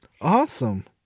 Awesome